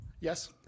Yes